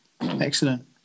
Excellent